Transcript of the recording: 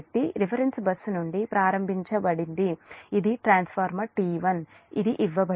కాబట్టి reference bus నుండి ప్రారంభించండి ఇది ట్రాన్స్ఫార్మర్ టి 1 ఇది ఇవ్వబడింది